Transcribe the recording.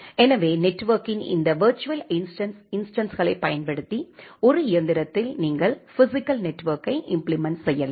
எனவே நெட்வொர்க்கின் இந்த விர்ச்சுவல் இன்ஸ்டன்ஸ் இன்ஸ்டன்ஸ்களைப் பயன்படுத்தி ஒரு இயந்திரத்தில் நீங்கள் பிஸிக்கல் நெட்வொர்க்கை இம்ப்ளிமென்ட் செய்யலாம்